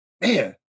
Man